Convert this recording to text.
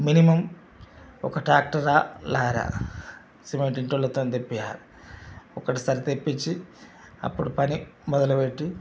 minimum ఒక ట్రాక్టరా లారీనా సిమెంట్ ఇంటి వాళ్ళతో తెపించాలి ఒకసారి తెపించి అప్పుడు పని మొదలుపెట్టి